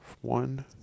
one